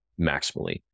maximally